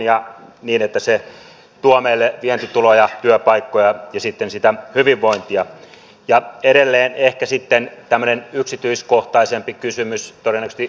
eduskunta edellyttää että hallitus säilyttää eläkeläisten asumistuen täysimääräisenä ja edelleen ehkä sitten rämänen yksityiskohtaisempi kysymys tarasti